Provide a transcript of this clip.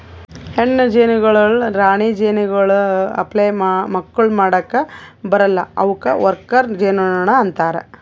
ಹೆಣ್ಣು ಜೇನುನೊಣಗೊಳ್ ರಾಣಿ ಜೇನುನೊಣಗೊಳ್ ಅಪ್ಲೆ ಮಕ್ಕುಲ್ ಮಾಡುಕ್ ಬರಲ್ಲಾ ಅವುಕ್ ವರ್ಕರ್ ಜೇನುನೊಣ ಅಂತಾರ